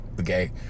Okay